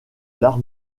l’art